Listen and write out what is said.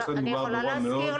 לכן מדובר באירוע מאוד מורכב.